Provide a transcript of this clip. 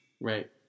Right